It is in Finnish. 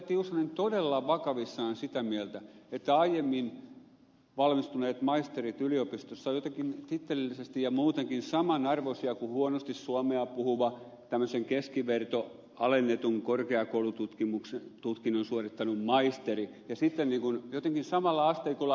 tiusanen todella vakavissaan sitä mieltä että aiemmin valmistuneet maisterit yliopistossa ovat jotenkin tittelillisesti ja muutenkin samanarvoisia kuin huonosti suomea puhuva tämmöisen keskivertoalennetun korkeakoulututkinnon suorittanut maisteri jotenkin samalla asteikolla yhtään